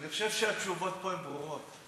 אני חושב שהתשובות פה הן ברורות.